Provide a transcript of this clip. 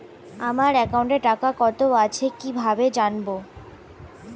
আমার একাউন্টে টাকা কত আছে কি ভাবে জানবো?